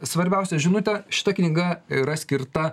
svarbiausia žinutė šita knyga yra skirta